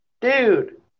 Dude